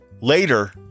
Later